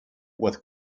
with